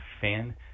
fan